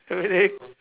everyday